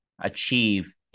achieve